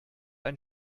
ein